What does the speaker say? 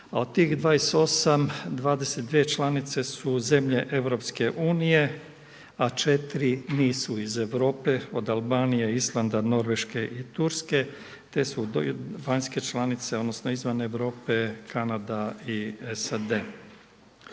a od tih 28, 22 članice su zemlje EU a 4 nisu iz Europe od Albanije, Islanda, Norveške i Turske te su vanjske članice, odnosno izvan Europe, Kanada i SAD.